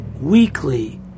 weekly